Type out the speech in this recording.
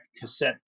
cassette